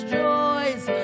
joys